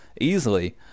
easily